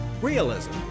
Realism